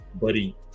buddy